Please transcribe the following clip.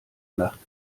nacht